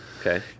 Okay